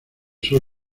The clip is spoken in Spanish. sur